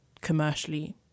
commercially